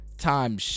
time